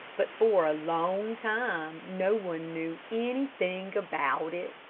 but for a long time no one knew anything about it.